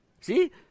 See